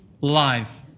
life